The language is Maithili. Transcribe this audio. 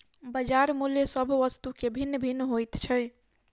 बजार मूल्य सभ वस्तु के भिन्न भिन्न होइत छै